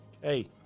Hey